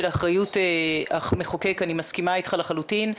אחריות המחוקק אני מסכימה איתך לחלוטין,